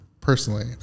personally